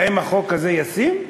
האם החוק הזה ישים,